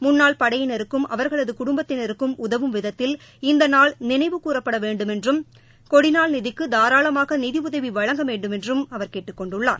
முன்னாள் படையினருக்கும் அவா்களது குடும்பத்தினருக்கும் உதவும் விதத்தில் இந்த நாள் நினைவுகூறப்பட வேண்டுமென்றும் கொடிநாள் நிதிக்கு தாராளமாக நிதி உதவி வழங்க வேண்டுமென்றும் கேட்டுக் கொண்டுள்ளார்